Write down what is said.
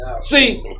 See